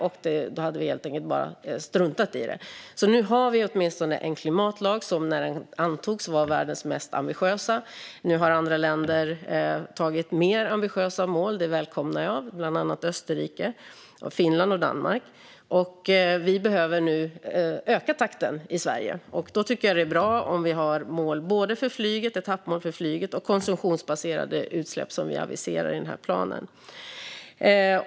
Man skulle helt enkelt bara ha struntat i detta. Nu har vi åtminstone en klimatlag, som när den antogs var världens mest ambitiösa. Sedan har andra länder, bland annat Österrike, Finland och Danmark, antagit mer ambitiösa mål. Det välkomnar jag. Vi behöver nu öka takten i Sverige. Då tycker jag att det är bra om vi har både etappmål för flyget och mål rörande konsumtionsbaserade utsläpp, som vi aviserar i den här planen.